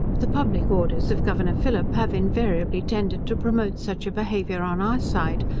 the public orders of governor phillip have invariably tended to promote such a behaviour on our side,